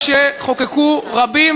רבותי,